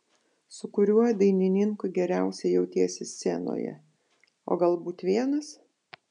su kuriuo dainininku geriausiai jautiesi scenoje o galbūt vienas